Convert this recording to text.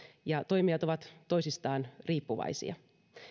ja toimijat ovat toisistaan riippuvaisia